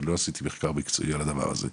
לא עשיתי מחקר מקצועי על הדבר הזה,